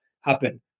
happen